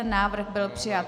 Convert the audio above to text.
Návrh byl přijat.